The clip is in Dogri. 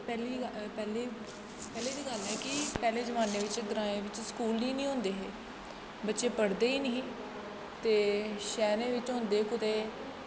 पैह्ली ग पैह्लें पैह्ले दी गल्ल ऐ ग्राएं पैह्लें जमान्ने बिच्च ग्राएं बिच्च स्कूल गै निं होंदे हे बच्चे पढ़दे गै नेईं हे ते शैह्रें बिच्च होंदे हे कुतै